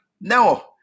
No